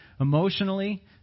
Emotionally